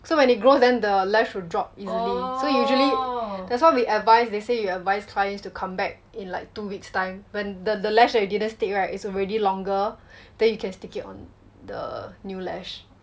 so when it grows then the lash will drop easily so usually that's why we advise they say you advise clients to come back in like two weeks time when the the lash that you didn't stick right is already longer then you can stick it on the new lash